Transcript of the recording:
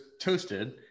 toasted